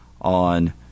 on